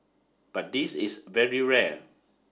but this is very rare